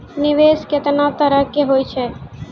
निवेश केतना तरह के होय छै?